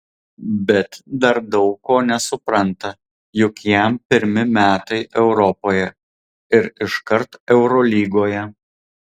bet dar daug ko nesupranta juk jam pirmi metai europoje ir iškart eurolygoje